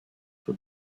for